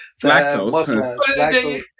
Lactose